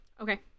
Okay